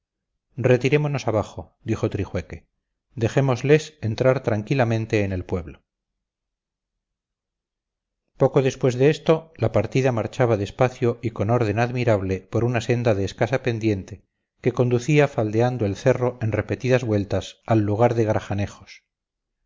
retirémonos abajo dijo trijueque dejémosles entrar tranquilamente en el pueblo poco después de esto la partida marchaba despacio y con orden admirable por una senda de escasa pendiente que conducía faldeando el cerro en repetidas vueltas al lugar de